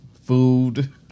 food